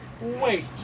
Wait